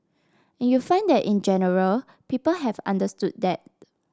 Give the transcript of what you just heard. and you find that in general people have understood that